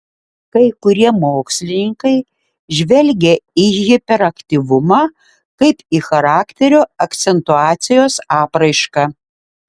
kai kurie mokslininkai žvelgia į hiperaktyvumą kaip į charakterio akcentuacijos apraišką